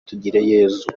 tugireyezu